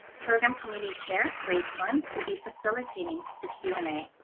program committee chair ray pun will be facilitating the q and a.